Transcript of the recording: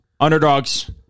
Underdogs